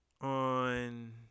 on